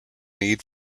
need